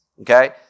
Okay